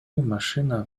машина